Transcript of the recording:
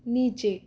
नीचे